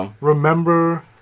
remember